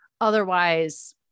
otherwise